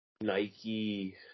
Nike